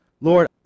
Lord